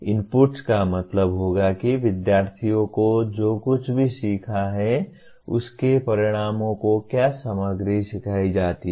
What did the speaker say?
inputs का मतलब होगा कि विद्यार्थियों को जो कुछ भी सीखा है उसके परिणामों को क्या सामग्री सिखाई जाती है